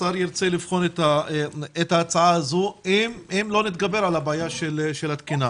השר ירצה לבחון את ההצעה הזו אם לא נתגבר על הבעיה של התקינה.